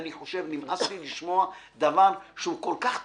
נמאס לי לשמוע דבר שהוא כל כך טריוויאלי.